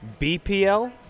BPL